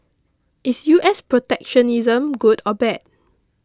is U S protectionism good or bad